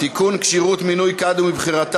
ומיכל רוזין.